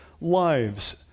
lives